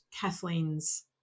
Kathleen's